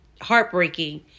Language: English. heartbreaking